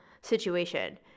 situation